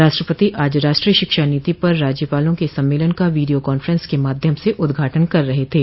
राष्ट्रपति आज राष्ट्रीय शिक्षा नीति पर राज्यपालों के सम्मेलन का वीडियो कांफ्रेंस के माध्यम से उद्घाटन कर रहे थे